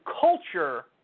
culture